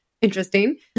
interesting